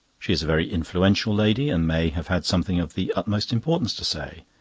she is a very influential lady, and may have had something of the utmost importance to say,